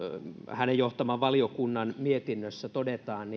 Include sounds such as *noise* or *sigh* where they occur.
hänen johtamansa valiokunnan mietinnössä todetaan *unintelligible*